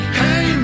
hey